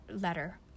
letter